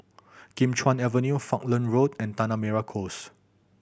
Kim Chuan Avenue Falkland Road and Tanah Merah Coast